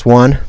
one